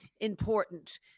important